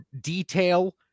detail